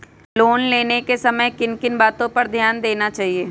Loan लेने के समय किन किन वातो पर ध्यान देना चाहिए?